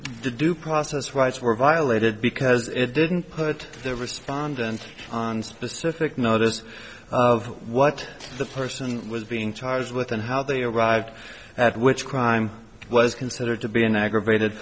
due process rights were violated because it didn't put the respondent on specific notice of what the person was being charged with and how they arrived at which crime was considered to be an aggravated